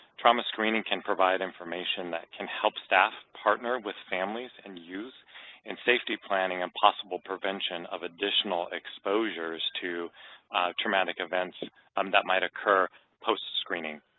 trauma screening can provide information that can help staff partner with families and youths and safety planning and possible prevention of additional exposures to traumatic events um that might occur post-screening.